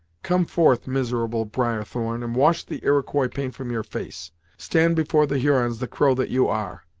come forth, miserable briarthorn, and wash the iroquois paint from your face stand before the hurons the crow that you are.